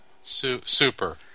Super